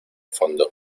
fondo